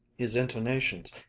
his intonations,